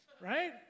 Right